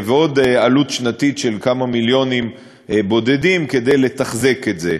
ועוד עלות שנתית של כמה מיליונים בודדים כדי לתחזק את זה,